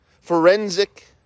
forensic